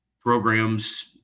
programs